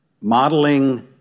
Modeling